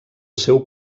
seu